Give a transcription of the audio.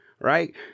right